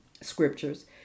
scriptures